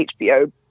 HBO